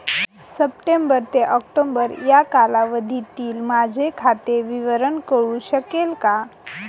September ते October या कालावधीतील माझे खाते विवरण कळू शकेल का?